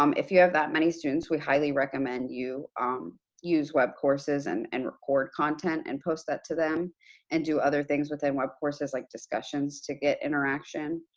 um if you have that many students, we highly recommend you um use webcourses and and record content, and post that to them and do other things within webcourses, like discussions to get interaction.